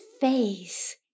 face